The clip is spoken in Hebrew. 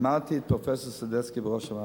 העמדתי את פרופסור סדצקי בראשה,